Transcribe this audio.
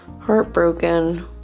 Heartbroken